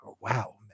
wow